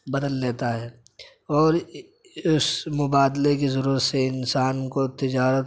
بدل لیتا ہے اور اس مبادلے کی ضرورت سے انسان کو تجارت